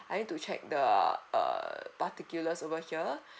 I need to check the uh particulars over here